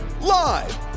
Live